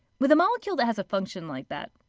with a molecule that has a function like that,